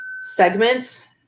segments